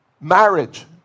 Marriage